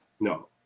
No